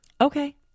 Okay